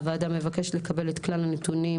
הוועדה מבקשת לקבל את כלל הנתונים